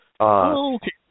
Okay